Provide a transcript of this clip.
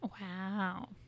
Wow